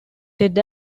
ted